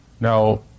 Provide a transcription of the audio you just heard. Now